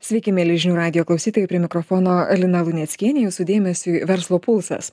sveiki mieli žinių radijo klausytojai prie mikrofono lina luneckienė jūsų dėmesiui verslo pulsas